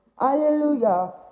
hallelujah